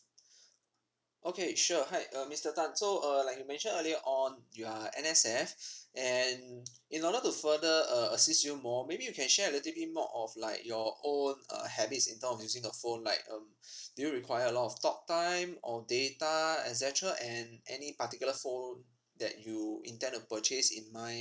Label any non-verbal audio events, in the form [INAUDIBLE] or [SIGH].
okay sure hi uh mister tan so uh like you mentioned earlier on you are N_S_F and in order to further uh assist you more maybe you can share a little bit more of like your own uh habits in terms of using a phone like um [NOISE] do you require a lot of talk time or data etcetera and any particular phone that you intend to purchase in mind